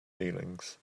feelings